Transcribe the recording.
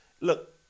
look